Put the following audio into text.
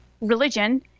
religion